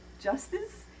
justice